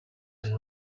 and